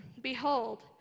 Behold